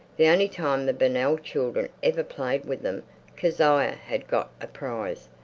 the only time the burnell children ever played with them kezia had got a prize,